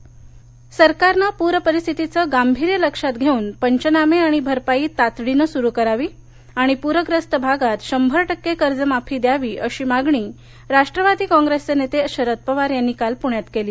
पर पवार सरकारनं प्रपरिस्थितीचं गांभिर्य लक्षात घेऊन पंचनामे आणि भरपाई तातडीनं सुरु करावी आणि प्रग्रस्त भागात शंभर टक्के कर्ज माफी द्यावी अशी मागणी राष्ट्रवादी कॉप्रसचे नेते शरद पवार यांनी काल पुण्यात केली